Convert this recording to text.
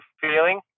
feeling